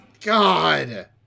God